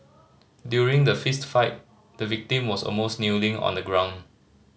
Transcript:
during the fist fight the victim was almost kneeling on the ground